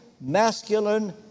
masculine